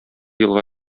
елга